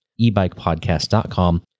ebikepodcast.com